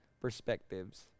perspectives